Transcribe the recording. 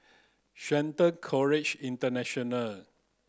Shelton College International